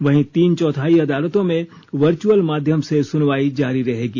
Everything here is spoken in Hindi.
वहीं तीन चौथाई अदालतों में वर्चअल माध्यम से सुनवाई जारी रहेगी